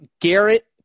Garrett